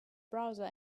browser